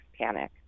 panic